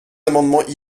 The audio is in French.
amendements